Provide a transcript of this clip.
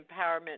empowerment